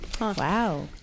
Wow